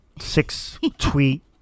six-tweet